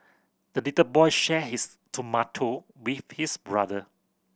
the little boy shared his tomato with his brother